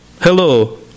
Hello